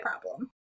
problem